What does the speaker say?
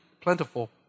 plentiful